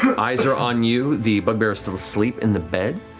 eyes are on you. the bugbear's still asleep in the bed.